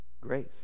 Grace